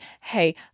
hey